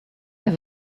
have